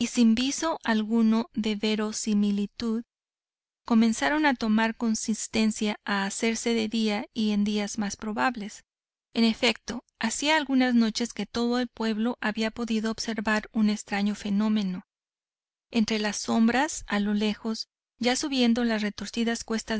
sin viso alguno de verosimilitud comenzaron a tomar consistencia y a hacerse de día en día más probables en efecto hacía algunas noches que todo el pueblo había podido observar un extraño fenómeno entre las sombras a lo lejos ya subiendo las retorcidas cuestas